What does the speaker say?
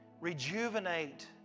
rejuvenate